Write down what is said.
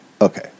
Okay